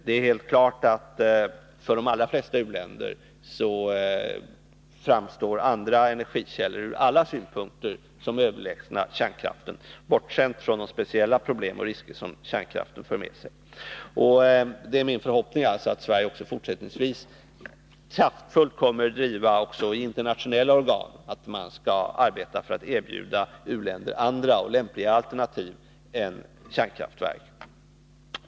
Det är klart att för de allra flesta u-länder så framstår andra energikällor ur alla synpunkter som överlägsna kärnkraften, bortsett från de speciella problem och risker som kärnkraften för med sig. Det är min förhoppning att Sverige också fortsättningsvis i internationella organ kraftfullt skall driva uppfattningen att man skall arbeta för att erbjuda u-länderna andra och lämpligare alternativ.